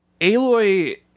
Aloy